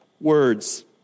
words